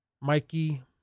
Mikey